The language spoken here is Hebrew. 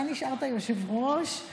אתה נשארת היושב-ראש,